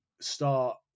start